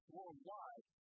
worldwide